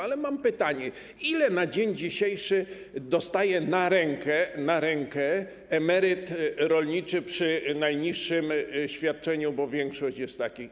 Ale mam pytanie: Ile na dzień dzisiejszy dostaje na rękę emeryt rolniczy przy najniższym świadczeniu, bo większość jest takich?